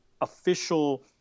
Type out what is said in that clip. official